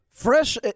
Fresh